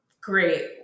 Great